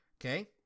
Okay